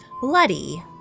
bloody